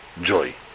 joy